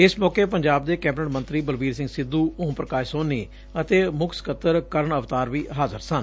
ਇਸ ਮੌਕੇ ਪੰਜਾਬ ਦੇ ਕੈਬਨਿਟ ਮੰਤਰੀ ਬਲਬੀਰ ਸਿੰਘ ਸਿੱਧੂ ਓਮ ਪ੍ਕਾਸ਼ ਸੋਨੀ ਅਤੇ ਮੁੱਖ ਸਕੱਤਰ ਕਰਨਅਵਤਾਰ ਵੀ ਹਾਜ਼ਰ ਸਨ